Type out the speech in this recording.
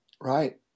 Right